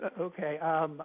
okay